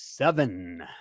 Seven